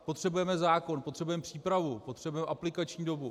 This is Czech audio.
Potřebujeme zákon, potřebujeme přípravu, potřebujeme aplikační dobu.